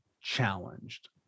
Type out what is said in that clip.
challenged